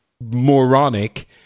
moronic